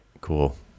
Cool